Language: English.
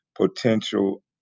potential